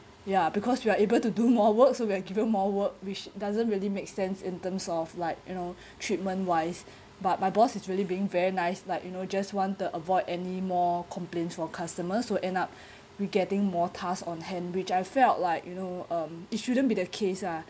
ya because you are able to do more work so you are given more work which doesn't really make sense in terms of like you know treatment wise but my boss is really being very nice like you know just want to avoid any more complaints from customers so end up we getting more tasks on hand which I felt like you know um it shouldn't be the case ah